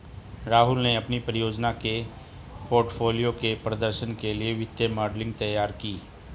राहुल ने अपनी परियोजना के पोर्टफोलियो के प्रदर्शन के लिए वित्तीय मॉडलिंग तैयार की